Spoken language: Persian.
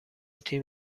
تیم